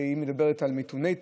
שמדברת על מיתוני תנועה,